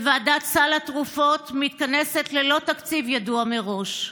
ועדת סל התרופות מתכנסת ללא תקציב ידוע מראש.